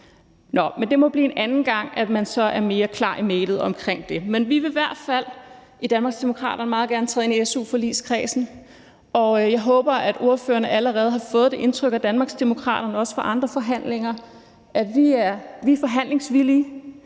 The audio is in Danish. det må blive en anden gang, at man så er mere klar i mælet omkring det. Men vi vil i hvert fald i Danmarksdemokraterne meget gerne træde ind i su-forligskredsen, og jeg håber, at ordførerne allerede har fået det indtryk, også fra andre forhandlinger, at Danmarksdemokraterne er forhandlingsvillige.